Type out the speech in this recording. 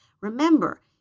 Remember